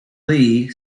lee